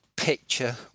picture